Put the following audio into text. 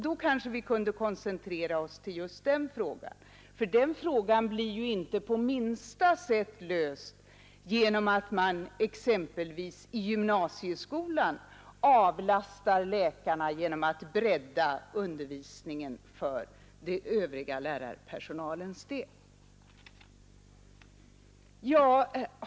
— Vi kanske då kunde koncentrera oss till just den frågan, för den blir inte på minsta sätt löst genom att man exempelvis i gymnasieskolan avlastar läkarna genom att bredda undervisningen för den övriga lärarpersonalens del.